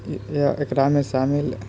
या एकरामे सामेल